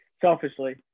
selfishly